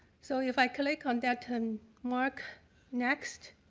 so if i click on that um marc next,